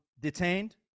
detained